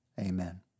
Amen